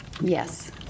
yes